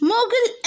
Mughal